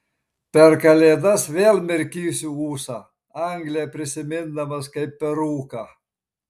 per kalėdas vėl mirkysiu ūsą angliją prisimindamas kaip per rūką